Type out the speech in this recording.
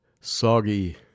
soggy